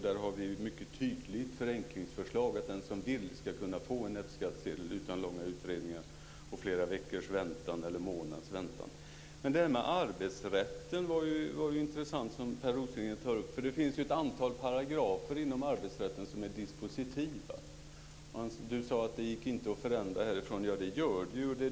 Där har vi ett mycket tydligt förenklingsförslag om att den som vill ska få sin F-skattsedel utan långa utredningar och flera veckors eller månaders väntan. Per Rosengren tar upp arbetsrätten, som ju är intressant. Det finns ett antal paragrafer inom arbetsrätten som är dispositiva. Per Rosengren sade att det inte gick att förändra härifrån. Men det gör det.